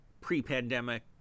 pre-pandemic